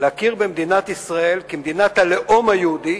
להכיר במדינת ישראל כמדינת הלאום היהודי,